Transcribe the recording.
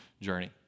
journey